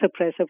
suppressive